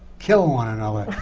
kill one another,